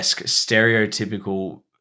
stereotypical